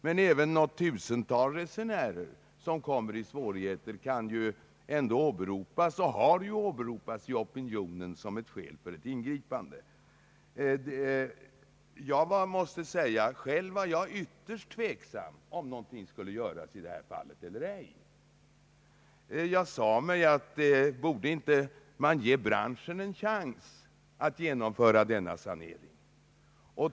Men även något tusental resenärer som kommer i svårigheter kan åberopas, och har ju även åberopats av opinionen, som skäl för ett ingripande. Jag måste säga att själv var jag ytterst tveksam om något skulle göras eller ej i detta sammanhang. Jag frågade mig: Borde man inte ge branschen en chans att genomföra en sådan sanering?